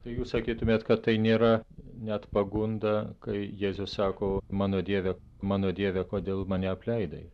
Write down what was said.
tai jūs sakytumėt kad tai nėra net pagunda kai jėzus sako mano dieve mano dieve kodėl mane apleidai